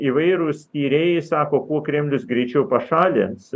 įvairūs tyrėjai sako kuo kremlius greičiau pašalins